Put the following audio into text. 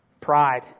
Pride